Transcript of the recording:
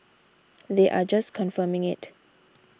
they are just confirming it